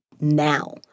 now